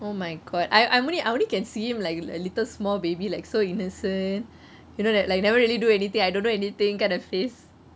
oh my god I I only I only can see him like a little small baby like so innocent like never really do anything I don't know anything kind of face